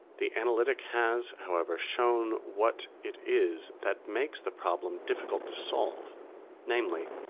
the analytic has, however, shown what it is that makes the problem difficult to solve namely,